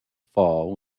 fall